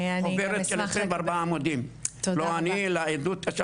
חוברת של 24 עמודים, לא אני, אלא עדות.